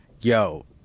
Yo